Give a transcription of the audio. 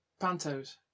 pantos